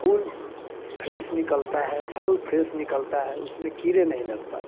फूल fresh निकलता है फल फ्रेस निकलता है उसमें कीड़े नहीं लग पाते है